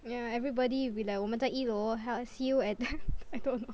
yeah everybody will be like 我们在一楼 he~ see you at the I don't know